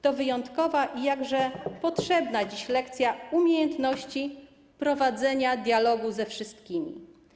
To wyjątkowa i jakże potrzebna dziś lekcja umiejętności prowadzenia dialogu ze wszystkimi.